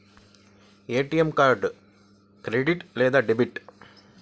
ATM card credit లేదా debit?